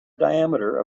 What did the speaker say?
diameter